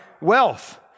wealth